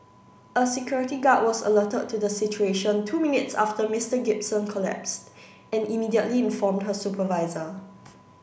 a security guard was alerted to the situation two minutes after Mister Gibson collapsed and immediately informed her supervisor